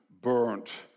burnt